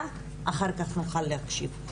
ואחר כך נוכל להקשיב,